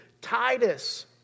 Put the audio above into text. Titus